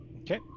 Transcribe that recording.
Okay